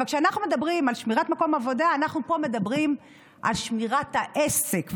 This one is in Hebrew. אבל כשאנחנו מדברים על שמירת מקום עבודה אנחנו פה מדברים על שמירת העסק,